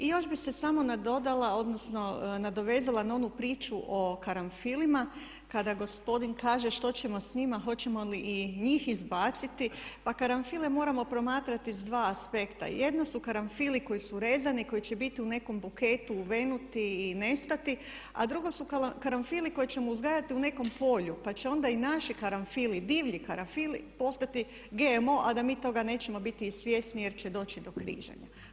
I još bih se samo nadodala odnosno nadovezala na onu priču o karanfilima kada gospodin kaže što ćemo s njima, hoćemo li i njih izbaciti, pa karanfile moramo promatrati, jedno su karanfili koji su rezani, koji će biti u nekom buketu, uvenuti i nestati a drugo su karanfili koje ćemo uzgajati u nekom polju pa će onda i naši karanfili, postati GMO a da mi toga nećemo biti i svjesni jer će doći do križanja.